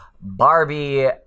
Barbie